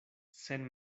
sen